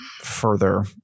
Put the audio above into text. further